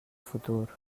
futur